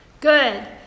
Good